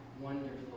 wonderful